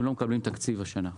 הם לא מקבלים תקציב השנה,